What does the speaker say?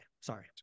sorry